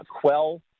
quell